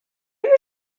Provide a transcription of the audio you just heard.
you